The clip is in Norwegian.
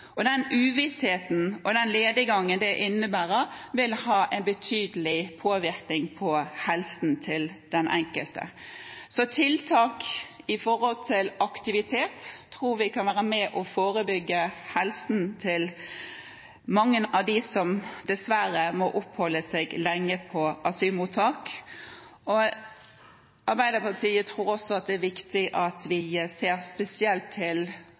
Den uvissheten og lediggangen det innebærer, vil ha en betydelig påvirkning på helsen til den enkelte, så tiltak i forhold til aktivitet tror vi kan være forebyggende med hensyn til helsen til mange av dem som dessverre må oppholde seg lenge på asylmottak. Arbeiderpartiet tror også det er viktig at vi ser spesielt til